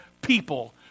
people